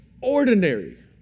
ordinary